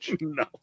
no